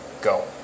go